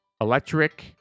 Electric